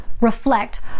reflect